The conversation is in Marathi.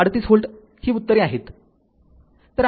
३८ व्होल्ट आहे ही उत्तरे आहेत